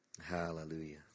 Hallelujah